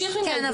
כן,